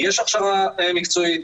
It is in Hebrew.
יש הכשרה מקצועית,